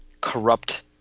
corrupt